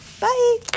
Bye